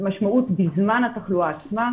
המשמעות בזמן התחלואה עצמה,